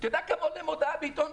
אתה יודע כמה עולה מודעה בעיתון?